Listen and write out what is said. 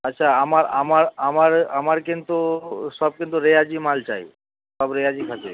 আচ্ছা আমার আমার আমার আমার কিন্তু সব কিন্তু রেওয়াজি মাল চাই সব রেওয়াজি খাসি